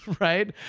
right